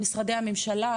משרדי הממשלה,